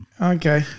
Okay